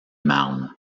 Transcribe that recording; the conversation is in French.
marne